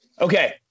okay